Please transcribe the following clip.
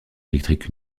électrique